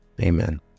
Amen